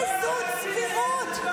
וזו צביעות.